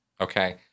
Okay